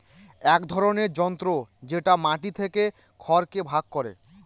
এক ধরনের যন্ত্র যেটা মাটি থেকে খড়কে ভাগ করে